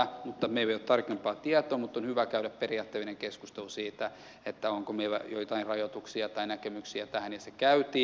meillä ei ole tarkempaa tietoa mutta on hyvä käydä periaatteellinen keskustelu siitä onko meillä joitain rajoituksia tai näkemyksiä tähän ja se käytiin